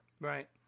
Right